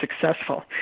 successful